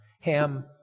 Ham